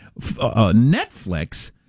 Netflix